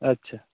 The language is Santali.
ᱟᱪᱪᱷᱟ